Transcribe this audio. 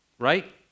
Right